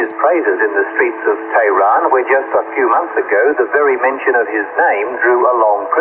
his praises in the streets of teheran where just a few months ago the very mention of his name drew a long ah